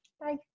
Bye